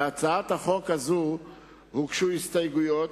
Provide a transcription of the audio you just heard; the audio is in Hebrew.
להצעת החוק הזאת הוגשו הסתייגויות.